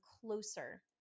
closer